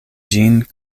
ĝin